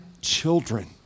children